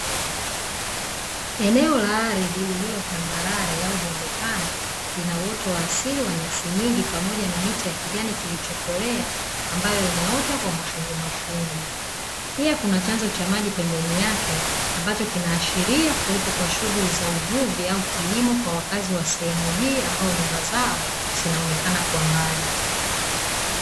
Eneo la ardhi liliotambarare au bonde pana linauoto wa asili ya nyasi nyingi pamoja na miti ya kijani kilichokolea ambayo imeota kwa mafungumafungu, pia kuna chanzo cha maji pembeni yake ambacho kinaashiria uwepo wa shughuli za uvuvi au kilimo kwa wakazi wa sehemu hii ambayo nyumba zao zinaonekana kwa mbali.